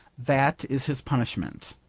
that is his punishment.